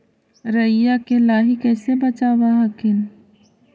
राईया के लाहि कैसे बचाब हखिन?